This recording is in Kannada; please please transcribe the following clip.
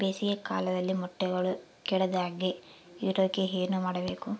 ಬೇಸಿಗೆ ಕಾಲದಲ್ಲಿ ಮೊಟ್ಟೆಗಳು ಕೆಡದಂಗೆ ಇರೋಕೆ ಏನು ಮಾಡಬೇಕು?